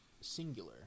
singular